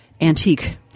Antique